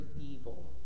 evil